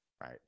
right